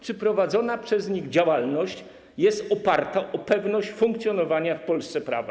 Czy prowadzona przez nich działalność jest oparta na pewności funkcjonowania w Polsce prawa?